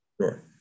sure